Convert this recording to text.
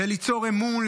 זה ליצור אמון,